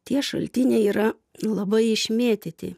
tie šaltiniai yra labai išmėtyti